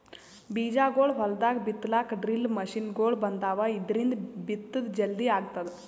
ಬೀಜಾಗೋಳ್ ಹೊಲ್ದಾಗ್ ಬಿತ್ತಲಾಕ್ ಡ್ರಿಲ್ ಮಷಿನ್ಗೊಳ್ ಬಂದಾವ್, ಇದ್ರಿಂದ್ ಬಿತ್ತದ್ ಜಲ್ದಿ ಆಗ್ತದ